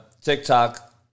TikTok